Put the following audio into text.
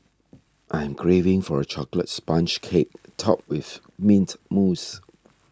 I am craving for a Chocolate Sponge Cake Topped with Mint Mousse